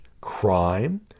crime